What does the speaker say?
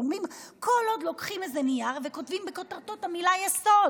ואומרים שזה כל עוד לוקחים נייר וכותבים בכותרתו את המילה "יסוד"